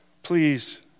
Please